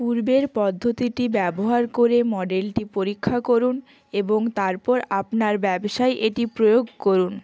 পূর্বের পদ্ধতিটি ব্যবহার করে মডেলটি পরীক্ষা করুন এবং তারপর আপনার ব্যবসায় এটি প্রয়োগ করুন